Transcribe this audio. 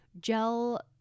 gel